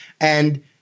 and-